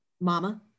Mama